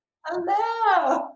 Hello